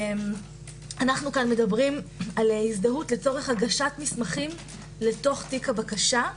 אנו כאן מדברים על הזדהות לצורך הגשת מסמכים לתוך תיק הבקשה.